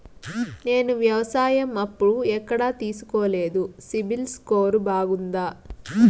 నేను వ్యవసాయం అప్పు ఎక్కడ తీసుకోలేదు, సిబిల్ స్కోరు బాగుందా?